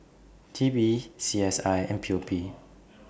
T P C S I and P O P